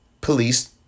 police